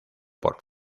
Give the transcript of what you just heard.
por